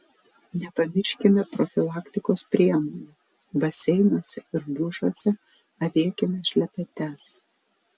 nepamirškime profilaktikos priemonių baseinuose ir dušuose avėkime šlepetes